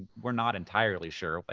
we're not entirely sure, but